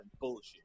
bullshit